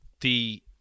the-